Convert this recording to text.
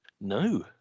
no